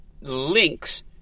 links